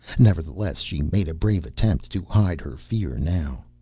nevertheless, she made a brave attempt to hide her fear now.